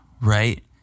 right